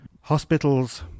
hospitals